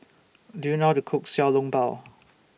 Do YOU know not to Cook Xiao Long Bao